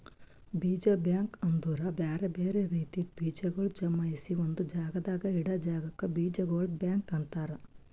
ಬೀಜ ಬ್ಯಾಂಕ್ ಅಂದುರ್ ಬ್ಯಾರೆ ಬ್ಯಾರೆ ರೀತಿದ್ ಬೀಜಗೊಳ್ ಜಮಾಯಿಸಿ ಒಂದು ಜಾಗದಾಗ್ ಇಡಾ ಜಾಗಕ್ ಬೀಜಗೊಳ್ದು ಬ್ಯಾಂಕ್ ಅಂತರ್